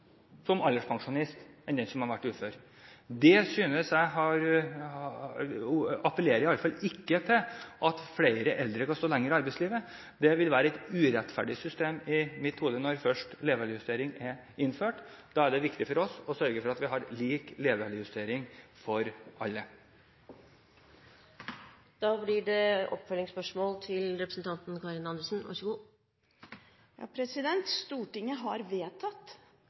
som alderspensjonist enn den som har vært ufør. Det synes jeg ikke appellerer til at flere eldre kan stå lenger i arbeidslivet, det ville vært et urettferdig system i mitt hode. Når først levealdersjustering er innført, er det viktig for oss å sørge for at vi har lik levealdersjustering for alle.